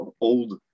old